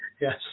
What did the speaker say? Yes